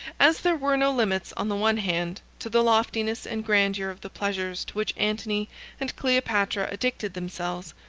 as there were no limits, on the one hand, to the loftiness and grandeur of the pleasures to which antony and cleopatra addicted themselves,